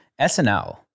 SNL